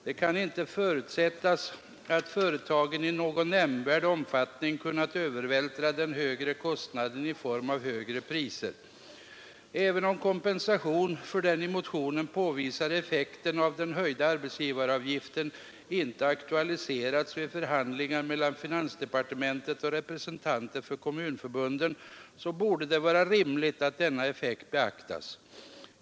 Det kan inte förutsättas att företagen i någon nämnvärd omfattning kunnat övervältra den högre kostnaden i form av högre priser. Även om kompensation för den i motionen påvisade effekten av den höjda arbetsgivaravgiften inte aktualiserats vid förhandlingar mellan finansdepartementet och representanter för kommunförbunden borde det vara rimligt att denna effekt beaktas.